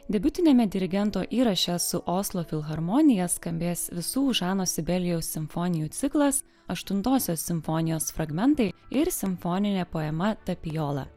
debiutiniame dirigento įraše su oslo filharmonija skambės visų žano sibelijaus simfonijų ciklas aštuntosios simfonijos fragmentai ir simfoninė poema tapijola